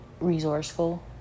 resourceful